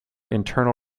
internal